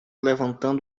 levantando